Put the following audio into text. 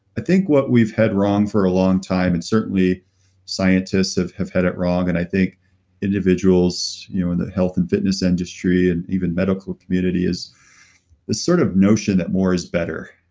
i think what we've had wrong for a long time, and certainly scientists have had it wrong. and i think individuals you know in the health and fitness industry, and even medical community is this sort of notion that more is better.